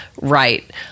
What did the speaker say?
right